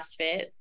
CrossFit